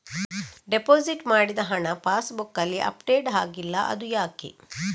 Deposit ಮಾಡಿದ ಹಣ ಪಾಸ್ ಬುಕ್ನಲ್ಲಿ ಅಪ್ಡೇಟ್ ಆಗಿಲ್ಲ ಅದು ಯಾಕೆ?